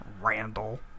Randall